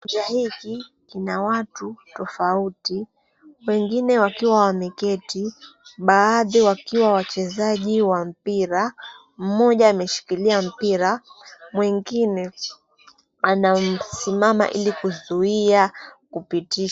Kiwanja hiki kina watu tofauti. Wengine wakiwa wameketi, baadhi wakiwa wachezaji wa mpira. Mmoja ameshikilia mpira mwingine anamsimama ili kuzuia kupitisha.